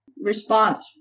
response